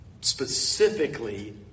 specifically